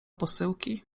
posyłki